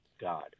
God